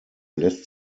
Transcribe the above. lässt